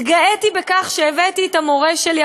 התגאיתי בכך שהבאתי את המורה שלי,